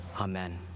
amen